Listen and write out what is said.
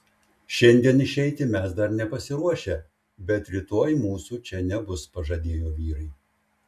šiandien išeiti mes dar nepasiruošę bet rytoj mūsų čia nebus pažadėjo vyrai